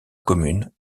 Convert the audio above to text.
commune